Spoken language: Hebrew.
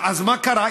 אז מה קרה?